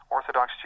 Orthodox